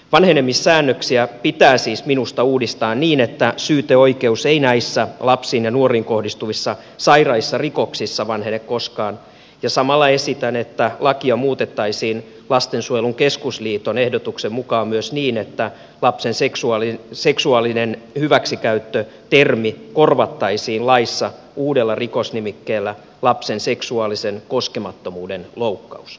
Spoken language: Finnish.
vanhenemissäännöksiä pitää siis minusta uudistaa niin että syyteoikeus ei näissä lapsiin ja nuoriin kohdistuvissa sairaissa rikoksissa vanhene koskaan ja samalla esitän että lakia muutettaisiin lastensuojelun keskusliiton ehdotuksen mukaan myös niin että lapsen seksuaalinen hyväksikäyttö termi korvattaisiin laissa uudella rikosnimikkeellä lapsen seksuaalisen koskemattomuuden loukkaus